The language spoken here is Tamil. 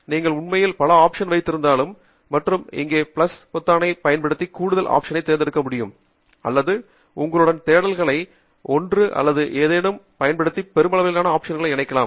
நீங்கள் உண்மையில் பல ஆப்சன் வைத்திருக்கலாம் மற்றும் இங்கே பிளஸ் பொத்தானைப் பயன்படுத்தி கூடுதல் ஆப்ஷன்களை சேர்க்க முடியும் அல்லது உங்களுடைய தேடல்களை ஒன்று அல்லது ஏதேனும் பயன்படுத்தி பெருமளவிலான ஆப்ஷன்களை இணைக்கலாம்